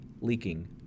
leaking